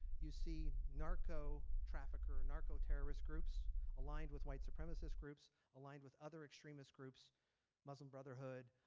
you see narco trafficker narco terrorist groups aligned with white supremacist groups aligned with other extremist groups muslim brotherhood,